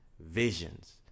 Visions